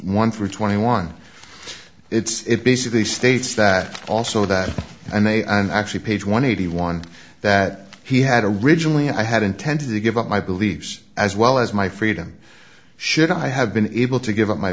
one for twenty one it's basically states that also that and they actually page one eighty one that he had originally i had intended to give up my beliefs as well as my freedom should i have been able to give up my